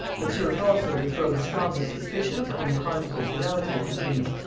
but served also to throw the strongest suspicions on the conjugal fidelity of the queen.